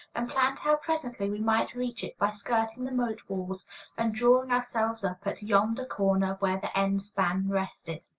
and planned how presently we might reach it by skirting the moat-walls and drawing ourselves up at yonder corner where the end-span rested.